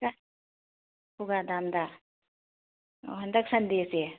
ꯈꯨꯒꯥ ꯗꯥꯝꯗ ꯑꯣ ꯍꯟꯗꯛ ꯁꯟꯗꯦꯁꯦ